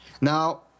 Now